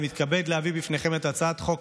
אני מתכבד להביא בפניכם את הצעת חוק